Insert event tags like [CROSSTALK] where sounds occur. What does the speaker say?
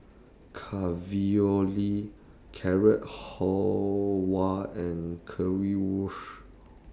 [UNINTELLIGIBLE] Carrot Halwa and Currywurst